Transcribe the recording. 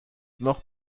noch